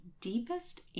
deepest